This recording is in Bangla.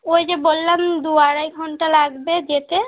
ওই যে বললাম দু আড়াই ঘণ্টা লাগবে যেতে